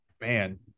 man